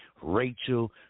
Rachel